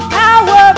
power